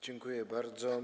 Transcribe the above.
Dziękuję bardzo.